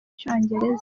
icyongereza